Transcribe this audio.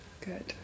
Good